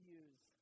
use